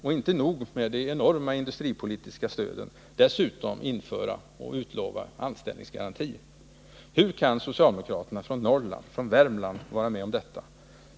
Och inte nog med de enorma industripolitiska stöden — dessutom införande av anställningsgaranti? Hur kan socialdemokraterna från Norrland och från Värmland vara med om detta?